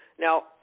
Now